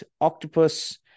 octopus